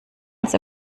als